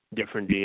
Different